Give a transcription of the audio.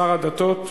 שר הדתות,